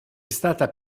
stata